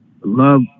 love